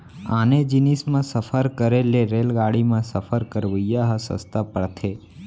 आने जिनिस म सफर करे ले रेलगाड़ी म सफर करवाइ ह सस्ता परथे